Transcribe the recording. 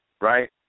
right